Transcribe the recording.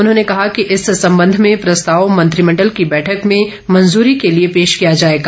उन्होंने कहा कि इस संबंध में प्रस्ताव मंत्रिमंडल की बैठक में मंजूरी के लिए पेश किया जाएगा